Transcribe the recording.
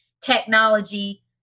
technology